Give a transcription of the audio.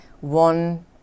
one